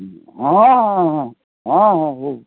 ହଁ ହଁ ହଁ ହଁ ହଁ ହଉ